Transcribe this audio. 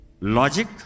logic